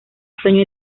sueño